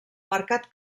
marcat